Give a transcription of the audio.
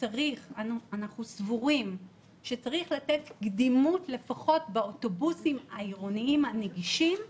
אנחנו סבורים שצריך לתת קדימות לפחות באוטובוסים העירוניים הנגישים,